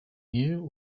knew